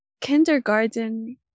kindergarten